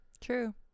True